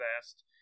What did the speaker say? fast